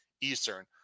Eastern